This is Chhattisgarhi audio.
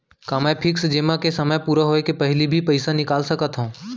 का मैं फिक्स जेमा के समय पूरा होय के पहिली भी पइसा निकाल सकथव?